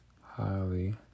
highly